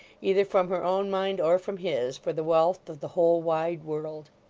either from her own mind or from his, for the wealth of the whole wide world.